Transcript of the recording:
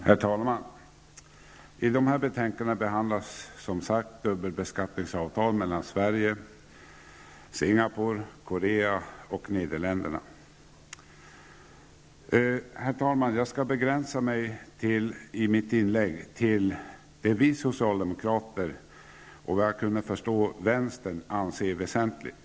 Herr talman! I betänkandena SkU11 och SkU12 behandlas dubbelbeskattningsavtal mellan Sverige och Singapore, Korea och Nederländerna. Jag skall i mitt inlägg begränsa mig till det som socialdemokraterna och såvitt jag förstår vänstern tycker är väsentligt.